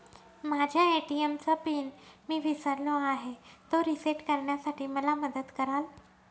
माझ्या ए.टी.एम चा पिन मी विसरलो आहे, तो रिसेट करण्यासाठी मला मदत कराल?